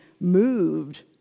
moved